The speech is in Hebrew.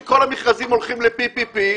כאשר כל המכרזים הולכים ל-PPP,